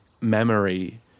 memory